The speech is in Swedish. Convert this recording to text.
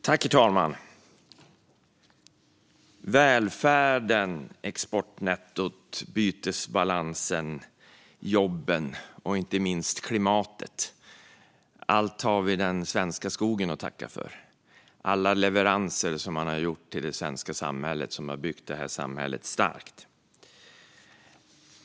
Herr talman! Välfärden, exportnettot, bytesbalansen, jobben och inte minst klimatet, allt har vi den svenska skogen att tacka för. Det är alla leveranser som har gjorts från skogen till det svenska samhället som har byggt det svenska samhället starkt.